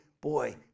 boy